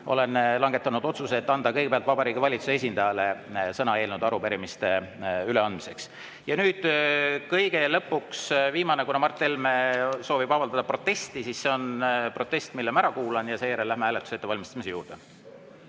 langetanud otsuse anda kõigepealt sõna Vabariigi Valitsuse esindajale eelnõude ja arupärimiste üleandmiseks. Ja nüüd kõige lõpuks viimane. Mart Helme soovib avaldada protesti ja see on protest, mille ma ära kuulan. Ja seejärel läheme hääletuse ettevalmistamise juurde.